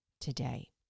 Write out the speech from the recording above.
today